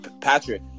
Patrick